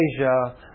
Asia